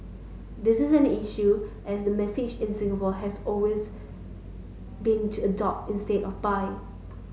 this is an issue as the message in Singapore has always been to adopt instead of buy